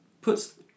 puts